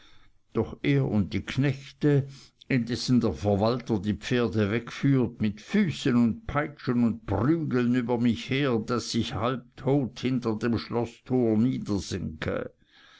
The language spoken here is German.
doch er und die knechte indessen der verwalter die pferde wegführt mit füßen und peitschen und prügeln über mich her daß ich halbtot hinter dem schloßtor